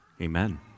Amen